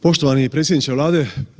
Poštovani predsjedniče Vlade.